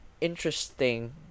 interesting